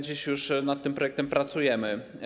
Dziś już nad tym projektem pracujemy.